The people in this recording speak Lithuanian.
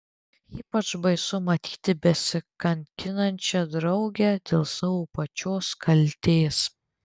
ypač baisu matyti besikankinančią draugę dėl savo pačios kaltės